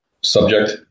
subject